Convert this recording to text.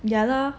yah lah